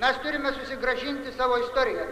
mes turime susigrąžinti savo istoriją